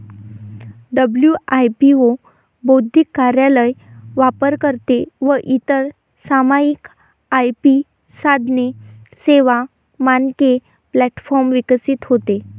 WIPO बौद्धिक कार्यालय, वापरकर्ते व इतर सामायिक आय.पी साधने, सेवा, मानके प्लॅटफॉर्म विकसित होते